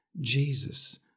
Jesus